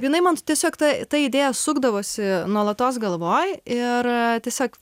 jinai man tiesiog ta ta idėja sukdavosi nuolatos galvoj ir tiesiog